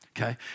okay